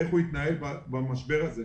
איך הוא התנהל במשבר הזה.